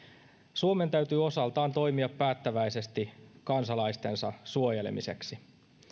suomen täytyy osaltaan toimia päättäväisesti kansalaistensa suojelemiseksi